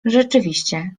rzeczywiście